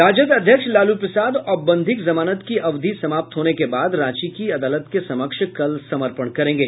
राजद अध्यक्ष लालू प्रसाद औपबंधिक जमानत की अवधि समाप्त होने के बाद रांची की अदालत के समक्ष कल समर्पण करेंगे